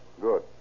Good